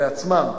בעצמם,